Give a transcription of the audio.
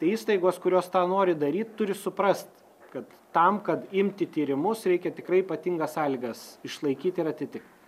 tai įstaigos kurios tą nori daryt turi suprast kad tam kad imti tyrimus reikia tikrai ypatingas sąlygas išlaikyt ir atitikt